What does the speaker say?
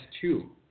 two